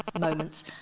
moments